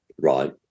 Right